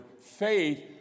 faith